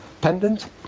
pendant